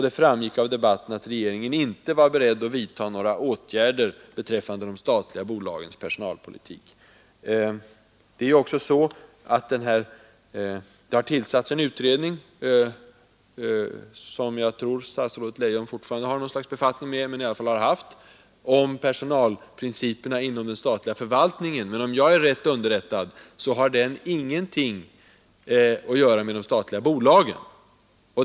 Det framgick av debatten att regeringen inte var beredd att vidta några åtgärder beträffande de statliga bolagens personalpolitik för att få bättre jämlikhet mellan män och kvinnor. En utredning, som jag tror att statsrådet Leijon fortfarande har någon slags befattning med, har tillsatts om personalprinciperna inom den statliga förvaltningen. Om jag är riktigt underrättad, har den ingenting att göra med de statliga bolagen.